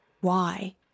Why